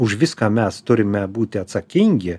už viską mes turime būti atsakingi